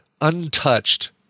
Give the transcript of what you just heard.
untouched